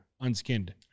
unskinned